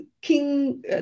king